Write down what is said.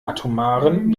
atomaren